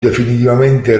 definitivamente